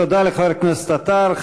תודה לחבר הכנסת עטר.